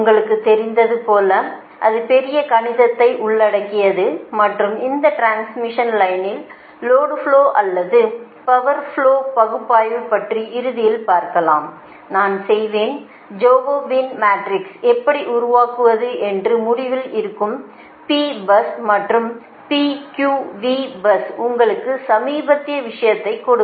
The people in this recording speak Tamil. உங்களுக்குத் தெரிந்தது போல அது பெரிய கணிதத்தை உள்ளடக்கியது மற்றும் இந்த டிரான்ஸ்மிஷன் லைனின் லோடு ஃப்லோ அல்லது பவா் ஃப்லோ பகுப்பாய்வு பற்றி இறுதியில் பார்க்கலாம் நான் செய்வேன் ஜேக்கோபியன் மேட்ரிக்ஸை எப்படி உருவாக்குவது என்று முடிவில் இருக்கும் P பஸ் மற்றும் P Q V பஸ் உங்களுக்கு சமீபத்திய விஷயத்தை கொடுக்கும்